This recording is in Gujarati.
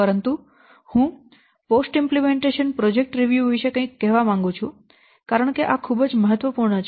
પરંતુ હું આ અમલીકરણ પ્રોજેક્ટ ની સમીક્ષા વિશે કંઈક કહેવા માંગુ છું કારણ કે આ ખૂબ જ મહત્વપૂર્ણ છે